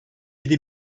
yedi